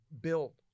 built